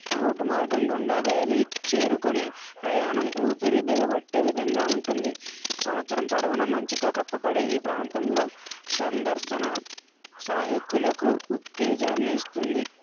road మార్గం గుండా valley చేరుకొని ప్రయాణం ఊపిరి బిగబట్టే విధంగా ఉంటుంది సంవత్సరం పొడవునా మంచుతో కప్పబడే ఈ ప్రాంతంలో సందర్శన సాహకులకు ఉత్తేజాన్ని ఇస్తుంది